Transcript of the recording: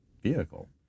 vehicle